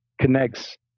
connects